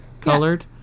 colored